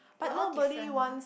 we're all different mah